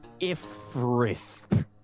IFRISP